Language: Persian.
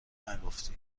نگفت